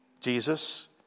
Jesus